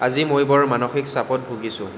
আজি মই বৰ মানসিক চাপত ভূগিছোঁ